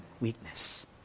weakness